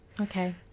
Okay